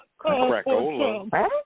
Crackola